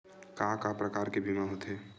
का का प्रकार के बीमा होथे?